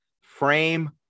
frame